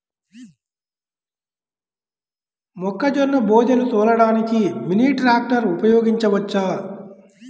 మొక్కజొన్న బోదెలు తోలడానికి మినీ ట్రాక్టర్ ఉపయోగించవచ్చా?